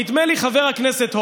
נדמה לי חבר שהכנסת הורוביץ,